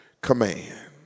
command